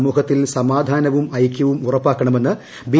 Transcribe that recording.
സമൂഹത്തിൽ സമാധാനവും ഐക്യവും ഉറപ്പാക്കണമെന്ന് ബ്രി